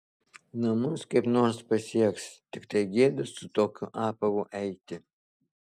namus kaip nors pasieks tiktai gėda su tokiu apavu eiti